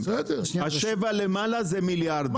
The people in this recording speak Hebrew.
השבע למעלה זה מיליארדים.